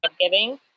giving